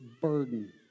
burden